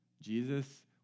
Jesus